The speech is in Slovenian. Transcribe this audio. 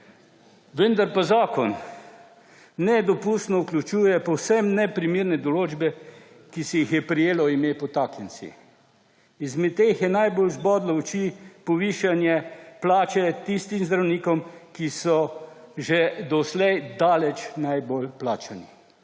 Vendar pa zakon nedopustno vključuje povsem neprimerne določbe, ki se jih je prijelo ime podtaknjenci. Izmed teh je najbolj zbodlo v oči povišanje plače tistim zdravnikom, ki so že doslej daleč najbolj plačani.